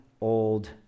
old